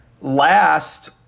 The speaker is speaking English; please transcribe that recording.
Last